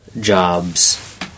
jobs